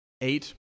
eight